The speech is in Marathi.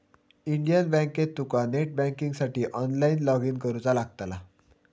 इंडियन बँकेत तुका नेट बँकिंगसाठी ऑनलाईन लॉगइन करुचा लागतला